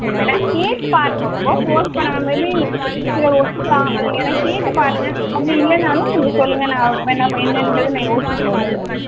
நீங்கள் வேணால் கேட்டு பாருங்க ரொம்ப ஃபோர்ஸ் பண்ண வேணாம் மேபி சிலர் ஒத்துக்கலாம் ஏன்னால் கேட்டு பாருங்க அப்படி இல்லைனாலும் நீங்கள் சொல்லுங்க நான் என்ன பண் என்னென்றதை யோசித்து சொல்கிறேன் நான்